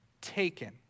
taken